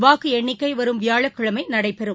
வாக்கு எண்ணிக்கை வரும் வியாழக்கிழமை நடைபெறும்